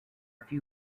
few